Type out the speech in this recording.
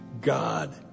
God